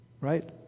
right